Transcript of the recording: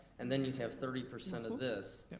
and then you'd have thirty percent of this,